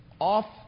off